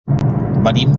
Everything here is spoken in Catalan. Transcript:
venim